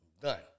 Done